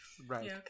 Right